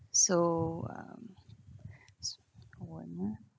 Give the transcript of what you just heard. so um one more